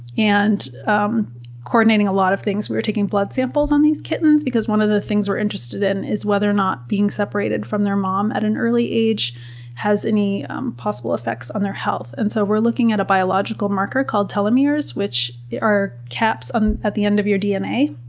and um coordinating a lot of things. we were taking blood samples on these kittens because one of the things we're interested in is whether or not being separated from their mom at an early age has any possible effects on their health. and so we're looking at a biological marker called telomeres, which are caps at the end of your dna,